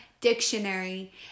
dictionary